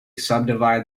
subdivide